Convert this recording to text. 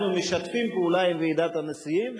אנחנו משתפים פעולה עם ועידת הנשיאים,